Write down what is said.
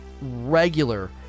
regular